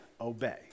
obey